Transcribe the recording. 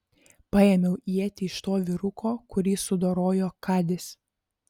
paėmiau ietį iš to vyruko kurį sudorojo kadis